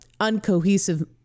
uncohesive